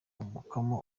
umukamo